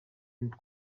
bintu